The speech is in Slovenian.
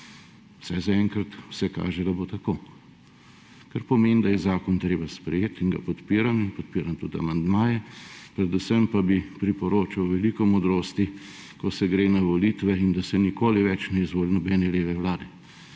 Vsaj zaenkrat vse kaže, da bo tako, kar pomeni, da je zakon treba sprejeti in ga podpiram in podpiram tudi amandmaje. Predvsem pa bi priporočal veliko modrosti, ko se gre na volitve, in da se nikoli več ne izvoli nobene leve vlade,